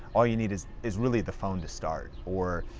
all you need is is really the phone to start. or